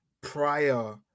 prior